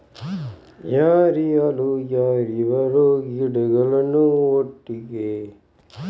ಯಾವುದೆಲ್ಲ ತರಕಾರಿ ಗಿಡಗಳನ್ನು ಒಟ್ಟಿಗೆ ಬೆಳಿಬಹುದು?